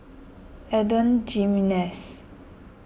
Adan Jimenez